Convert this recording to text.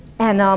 and, um,